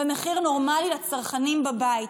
ומחיר נורמלי לצרכנים בבית.